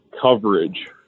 coverage